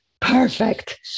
perfect